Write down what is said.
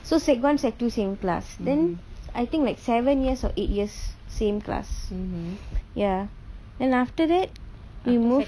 so sec one sec two same class then I think seven years or eight years same class ya then after that he moved